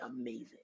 amazing